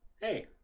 hey